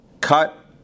cut